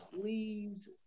please